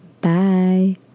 bye